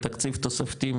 מתקציב תוספתי,